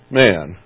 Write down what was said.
man